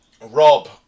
Rob